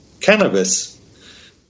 cannabis